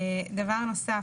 דבר נוסף